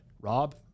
Rob